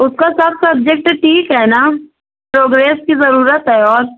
اُس کا سب سبجیکٹ ٹھیک ہے نا پروگریس کی ضرورت ہے اور